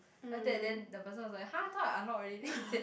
then after that the person was like !huh! I thought I unlock already then he said